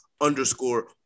underscore